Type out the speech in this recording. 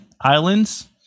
Islands